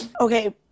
Okay